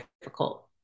difficult